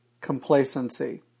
complacency